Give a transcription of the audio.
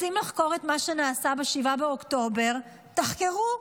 רוצים לחקור את מה שנעשה ב-7 באוקטובר, תחקרו.